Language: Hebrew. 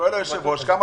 כפי שאמרה